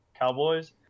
cowboys